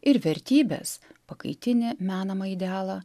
ir vertybes pakaitinį menamą idealą